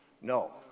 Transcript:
No